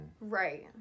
Right